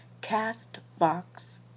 CastBox